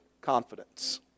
confidence